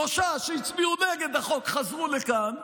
שלושה שהצביעו נגד החוק חזרו לכאן,